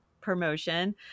promotion